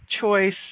choice